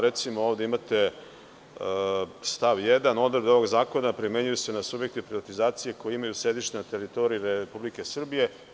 Recimo, ovde imate stav 1. – odredbe ovog zakona primenjuju se na subjekte privatizacije koje imaju sedište na teritoriji Republike Srbije.